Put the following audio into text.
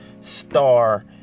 star